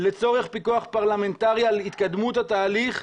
לצורך פיקוח פרלמנטרי על התקדמות התהליך,